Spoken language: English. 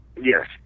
Yes